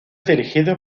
dirigido